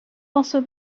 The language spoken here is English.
also